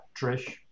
Trish